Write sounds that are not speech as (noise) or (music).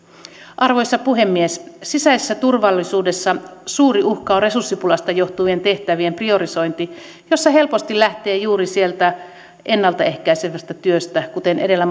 arvoisa puhemies sisäisessä turvallisuudessa suuri uhka on resurssipulasta johtuva tehtävien priorisointi jossa helposti lähtee juuri sieltä ennalta ehkäisevästä työstä kuten edellä (unintelligible)